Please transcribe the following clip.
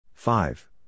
Five